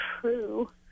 true